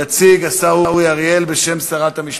יציג השר אורי אריאל, בשם שרת המשפטים.